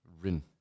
Rin